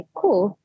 cool